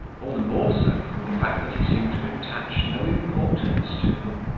all the more so from the fact that he seemed to attach no importance to them.